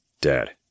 Dad